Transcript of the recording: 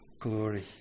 glory